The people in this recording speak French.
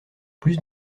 plus